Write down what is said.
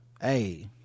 hey